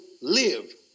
live